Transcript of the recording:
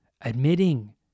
admitting